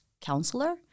counselor